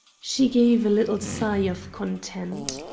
she gave a little sigh of content.